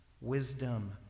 wisdom